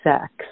sex